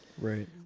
Right